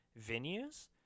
venues